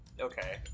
okay